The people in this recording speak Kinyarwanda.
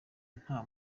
nta